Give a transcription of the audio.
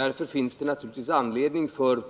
Därför finns det naturligtvis anledning för